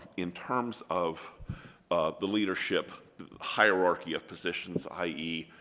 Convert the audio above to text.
in terms of the leadership hierarchy of positions, i e.